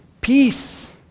Peace